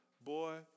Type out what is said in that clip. boy